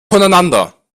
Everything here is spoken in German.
voneinander